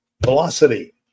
velocity